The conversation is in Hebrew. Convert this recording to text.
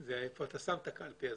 היא היכן אתה שם את הקלפי הזאת.